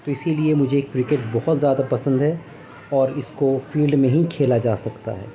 تو اسی لیے مجھے کرکٹ بہت زیادہ پسند ہے اور اس کو فیلڈ میں ہی کھیلا جا سکتا ہے